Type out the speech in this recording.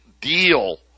deal